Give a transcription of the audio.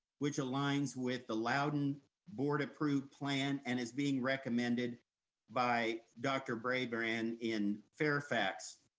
which aligns with the louduon board approved plan and is being recommended by dr. brabrand in fairfax.